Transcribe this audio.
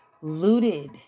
looted